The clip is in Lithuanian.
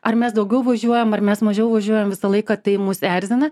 ar mes daugiau važiuojam ar mes mažiau važiuojam visą laiką tai mus erzina